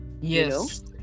yes